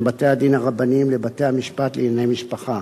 בתי-הדין הרבניים לבתי-המשפט לענייני משפחה.